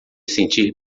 sentir